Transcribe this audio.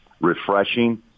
refreshing